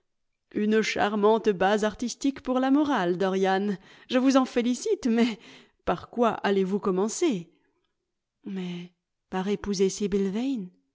une charmante base artistique pour la morale dorian je vous en félicite mais par quoi allez-vous commencer mais par épouser